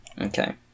Okay